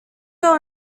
girl